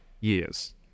years